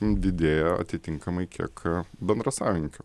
didėja atitinkamai kiek bendrasavininkių